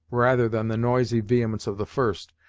rather than the noisy vehemence of the first,